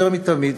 יותר מתמיד,